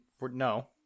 no